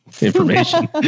information